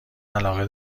علاقه